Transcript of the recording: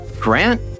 Grant